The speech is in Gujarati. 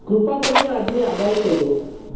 કૃપા કરીને આજની આગાહી શોધો